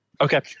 okay